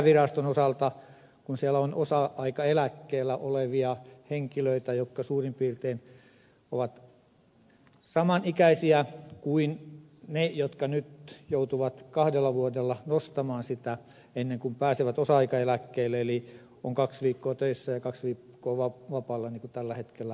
muun muassa eräässä virastossa on osa aikaeläkkeellä olevia henkilöitä jotka ovat suurin piirtein saman ikäisiä kuin ne jotka nyt joutuvat kahdella vuodella nostamaan sitä rajaa jolloin pääsevät osa aikaeläkkeelle eli ovat kaksi viikkoa töissä ja kaksi viikkoa vapaalla niin kuin tällä hetkellä on mahdollista